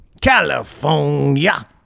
California